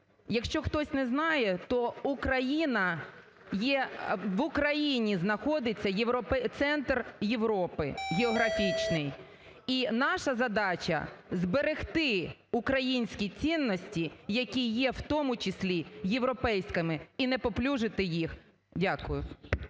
Якщо хтось не знає, то Україна є… в Україні знаходиться центр Європи географічний, і наша задача – зберегти українські цінності, які є, в тому числі, європейськими, і не паплюжити їх. Дякую.